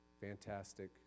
Fantastic